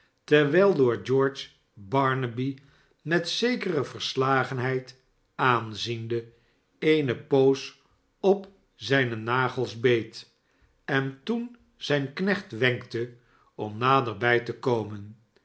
terwijl lord george barnaby met zekere verslagenheid aanziende eene poos op zijne nagels beet en toen zijn knecht wenkte om naderbij te komen